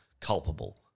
culpable